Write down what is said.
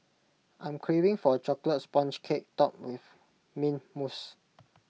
I'm craving for Chocolate Sponge Cake Topped with Mint Mousse